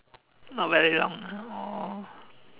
not very long ah orh